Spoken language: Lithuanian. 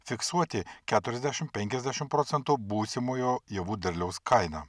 fiksuoti keturiasdešimt penkiasdešimt procentų būsimojo javų derliaus kainą